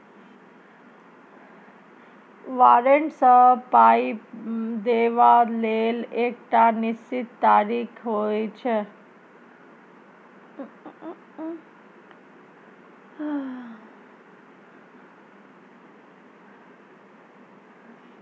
बारंट सँ पाइ देबा लेल एकटा निश्चित तारीख होइ छै